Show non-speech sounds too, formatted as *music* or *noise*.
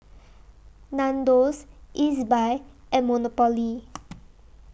Nandos Ezbuy and Monopoly *noise*